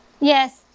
Yes